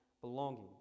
belonging